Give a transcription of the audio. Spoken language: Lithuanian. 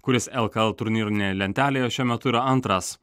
kuris lkl turnyrinėje lentelėje šiuo metu yra antras